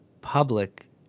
public –